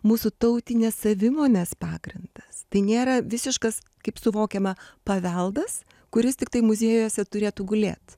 mūsų tautinės savimonės pagrindas tai nėra visiškas kaip suvokiama paveldas kuris tiktai muziejuose turėtų gulėt